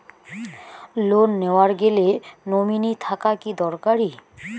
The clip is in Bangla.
লোন নেওয়ার গেলে নমীনি থাকা কি দরকারী?